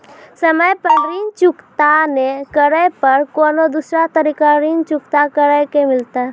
समय पर ऋण चुकता नै करे पर कोनो दूसरा तरीका ऋण चुकता करे के मिलतै?